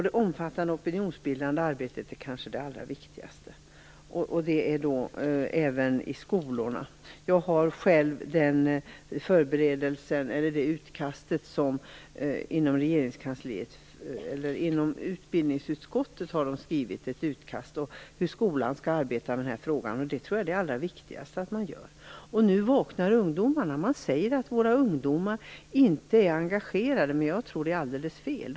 Det omfattande opinionsbildande arbetet är kanske det allra viktigaste, även i skolorna. Utbildningsutskottet har skrivit ett utkast om hur skolan skall arbeta i denna fråga. Det är det allra viktigaste, att man arbetar med detta i skolan. Nu vaknar ungdomarna. Det sägs att våra ungdomar inte är engagerade. Det tror jag är alldeles fel.